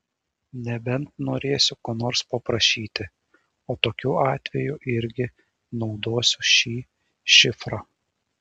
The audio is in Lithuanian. nebent norėsiu ko nors paprašyti o tokiu atveju irgi naudosiu šį šifrą